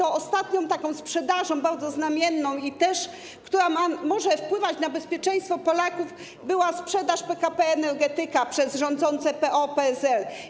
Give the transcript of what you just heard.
Ostatnią taką sprzedażą, bardzo znamienną, która też może wpływać na bezpieczeństwo Polaków, była sprzedaż PKP Energetyka przez rządzące PO-PSL.